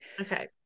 Okay